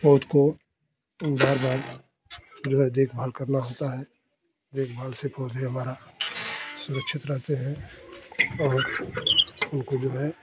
पौध को बार बार जो है देखभाल करना होता है देखभाल से पौधे हमारा सुरक्षित रहते है और उनको जो है